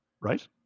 Right